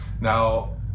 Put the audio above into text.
Now